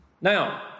Now